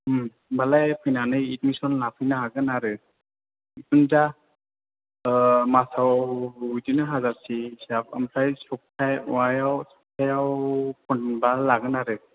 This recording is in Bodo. होम्बालाय फैनानै एडमिसन लाफैनो हागोन आरो जिखुनु दा मासआव बिदिनो हाजारसे हिसाब ओमफ्राय सप्ता माबायाव सप्तायाव खनबा लागोन आरो